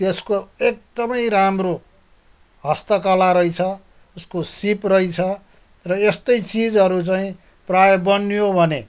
त्यसको एकदमै राम्रो हस्तकला रहेछ उसको सिप रहेछ र यस्तै चिजहरू चाहिँ प्रायः बनियो भने